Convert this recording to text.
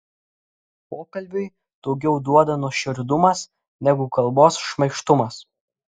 pokalbiui daugiau duoda nuoširdumas negu kalbos šmaikštumas